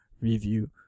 review